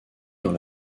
dans